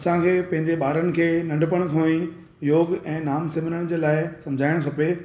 असांखे पंहिंजे ॿारनि खे नंढपण खां ई योग ऐं नाम सिमरन जे लाइ सम्झाइणु खपे